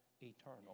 eternal